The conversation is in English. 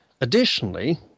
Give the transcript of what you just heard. Additionally